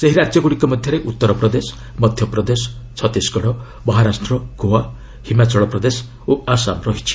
ସେହ ରାଜ୍ୟଗୁଡ଼ିକ ମଧ୍ୟରେ ଉତ୍ତର ପ୍ରଦେଶ ମଧ୍ୟପ୍ରଦେଶ ଛତିଶଗଡ଼ ମହାରାଷ୍ଟ୍ର ଗୋଆ ହିମାଚଳ ପ୍ରଦେଶ ଓ ଆସାମ ରହିଛି